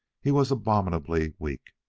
he was abominably weak.